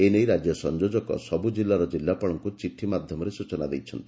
ଏ ନେଇ ରାଜ୍ୟ ସଂଯୋଜକ ସବୁ ଜିଲ୍ଲାର ଜିଲ୍ଲାପାଳମାନଙ୍ଙୁ ଚିଠି ମାଧ୍ଧମରେ ସ୍ଚନା ଦେଇଛନ୍ତି